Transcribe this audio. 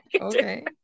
Okay